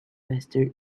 western